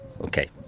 okay